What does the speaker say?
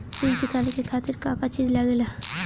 ऋण चुकावे के खातिर का का चिज लागेला?